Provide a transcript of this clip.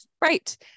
Right